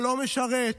הלא-משרת,